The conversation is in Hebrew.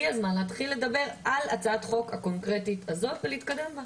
הגיע הזמן להתחיל לדבר על הצעת החוק הקונקרטית הזאת ולהתקדם בה.